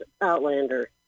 Outlander